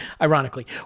ironically